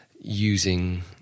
using